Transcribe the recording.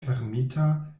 fermita